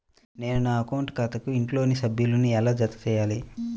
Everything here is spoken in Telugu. నేను నా అకౌంట్ ఖాతాకు ఇంట్లోని సభ్యులను ఎలా జతచేయాలి?